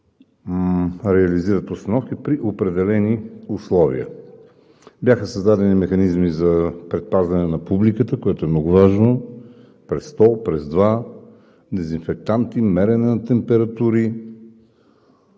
реализират постановки при определени условия. Бяха създадени механизми за предпазване на публиката, което е много важно – през стол, през два, дезинфектанти, мерене на температури